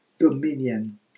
Dominion